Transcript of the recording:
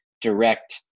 direct